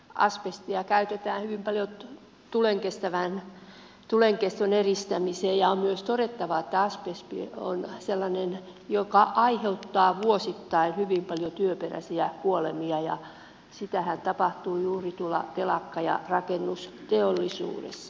asbestia käytetään hyvin paljon tulenkestävään eristämiseen ja on myös todettava että asbesti on sellainen asia joka aiheuttaa vuosittain hyvin paljon työperäisiä kuolemia ja sitähän tapahtuu juuri tuolla telakka ja rakennusteollisuudessa